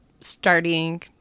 starting